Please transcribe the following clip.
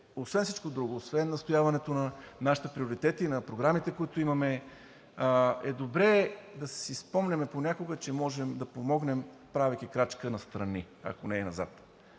освен всичко друго, освен настояването за нашите приоритети, на програмите, които имаме, е добре, ако можем да си спомним, че можем да помогнем, като правим крачка настрани, ако не и назад.